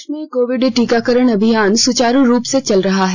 देश में कोविड टीकाकरण अभियान सुचारू रूप से चल रहा है